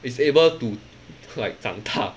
is able to like 长大